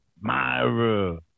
Myra